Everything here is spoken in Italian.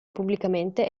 pubblicamente